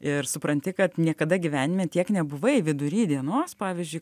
ir supranti kad niekada gyvenime tiek nebuvai vidury dienos pavyzdžiui